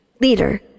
Leader